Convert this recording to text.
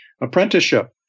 apprenticeship